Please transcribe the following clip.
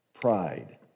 pride